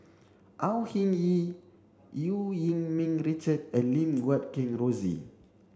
Au Hing Yee Eu Yee Ming Richard and Lim Guat Kheng Rosie